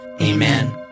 Amen